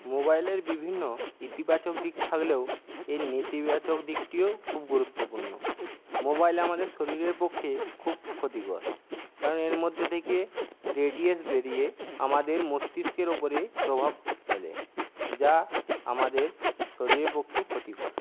মোবাইলের বিভিন্ন ইতিবাচক দিক থাকলেও এর নেতিবাচক দিকটিও খুব গুরুত্বপূর্ণ মোবাইল আমাদের শরীরের পক্ষে খুব ক্ষতিকর কারণ এর মধ্যে থেকে রেডিয়েশন বেড়িয়ে আমাদের মস্তিষ্কের উপরে প্রভাব ফেলে যা আমাদের শরীরের পক্ষে ক্ষতিকর